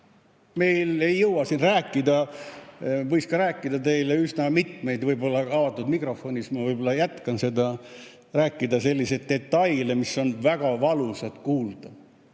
Ei jõua siin rääkida, võiks ka rääkida teile üsna mitmeid – võib-olla avatud mikrofonis ma jätkan seda teemat – selliseid detaile, mis on väga valusad kuulda